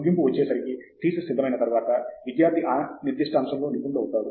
ముగింపుకు వచ్చేసరికి థీసిస్ సిద్ధమైన తర్వాత విద్యార్థి ఆ నిర్దిష్ట అంశంలో నిపుణుడు అవుతాడు